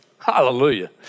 Hallelujah